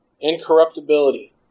incorruptibility